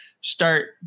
start